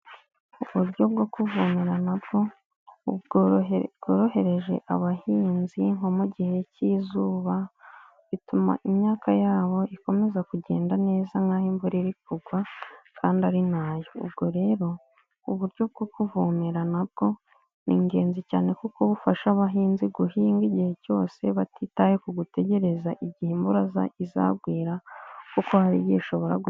Uburyo bwo kuvomera nabwo bworohereje abahinzi nko mu gihe cy'zuba, bituma imyaka yabo ikomeza kugenda neza nk'aho imvura iri kugwa kandi ari nayo. ubwo rero uburyo bwo kuvomerara nabwo ni ingenzi cyane, kuko bufasha abahinzi guhinga igihe cyose, batitaye ku gutegereza igihe imvura izagwira, kuko hari igihe ishobora gutinda.